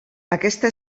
aquesta